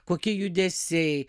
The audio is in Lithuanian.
kokie judesiai